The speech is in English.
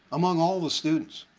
among all the students.